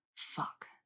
Fuck